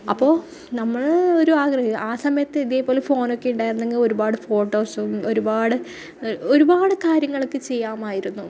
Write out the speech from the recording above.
അപ്പോൾ നമ്മൾ ഒരു ആഗ്രഹം ആ സമയത്ത് ഇതേപോലെ ഫോണൊക്കെ ഉണ്ടായിരുന്നെങ്കിൽ ഒരുപാട് ഫോട്ടോസും ഒരുപാട് ഒരുപാട് കാര്യങ്ങളൊക്കെ ചെയ്യാമായിരുന്നു